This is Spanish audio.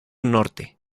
norte